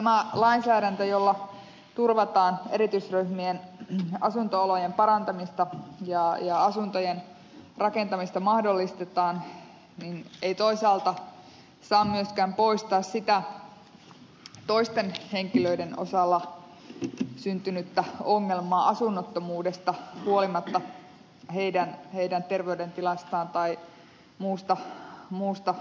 tämä lainsäädäntö jolla turvataan erityisryhmien asunto olojen parantamista ja mahdollistetaan asuntojen rakentamista ei toisaalta saa myöskään poistaa sitä toisten henkilöiden osalla syntynyttä ongelmaa asunnottomuudesta huolimatta heidän terveydentilastaan tai muista olosuhteistaan